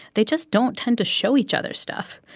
they just don't tend to show each other stuff.